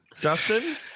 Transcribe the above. Dustin